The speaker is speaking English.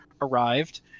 arrived